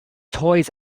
toys